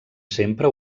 sempre